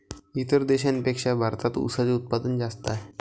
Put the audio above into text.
इतर देशांपेक्षा भारतात उसाचे उत्पादन जास्त आहे